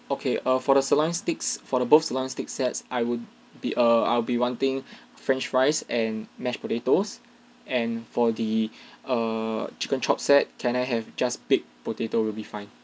okay uh for the sirloin steaks for the both sirloin steaks sets I would be err I'll be wanting french fries and mashed potatoes and for the err chicken chop set can I have just baked potato will be fine